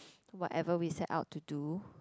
whatever we set out to do